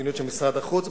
המדיניות של משרד החוץ,